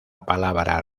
palabra